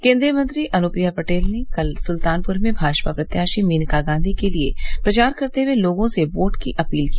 केन्द्रीय मंत्री अनुप्रिया पटेल ने कल सुल्तानपुर में भाजपा प्रत्याशी मेनका गांधी के लिये प्रचार करते हुए लोगों से वोट की अपील की